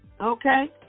Okay